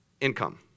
income